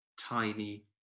tiny